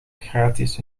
gratis